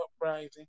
uprising